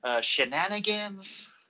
shenanigans